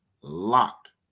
Locked